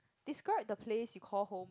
describe the place you call home